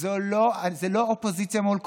זה לא אופוזיציה מול קואליציה.